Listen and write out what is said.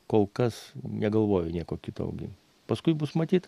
kol kas negalvoju nieko kito augint paskui bus matyt